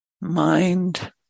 mind